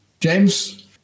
James